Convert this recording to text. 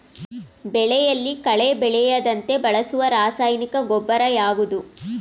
ಬೆಳೆಯಲ್ಲಿ ಕಳೆ ಬೆಳೆಯದಂತೆ ಬಳಸುವ ರಾಸಾಯನಿಕ ಗೊಬ್ಬರ ಯಾವುದು?